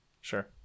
Sure